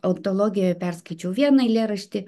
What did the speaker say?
ontologijoje perskaičiau vieną eilėraštį